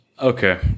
Okay